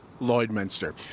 Lloydminster